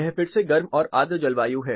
यह फिर से गर्म और आर्द्र जलवायु है